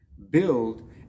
build